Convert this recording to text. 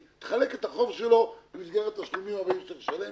תחלק את החוב שלו במסגרת התשלומים הבאים שהוא משלם.